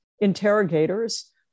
interrogators